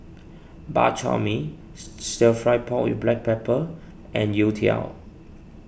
Bak Chor Mee Stir Fried Pork with Black Pepper and Youtiao